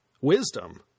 Wisdom